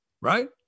Right